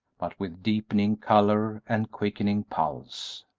but with deepening color and quickening pulse.